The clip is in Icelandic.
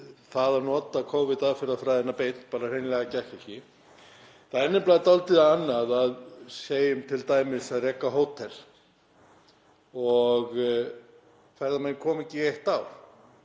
það að nota Covid-aðferðafræðina beint bara hreinlega gekk ekki. Það er nefnilega dálítið annað, segjum t.d. að reka hótel og ferðamenn koma ekki í eitt ár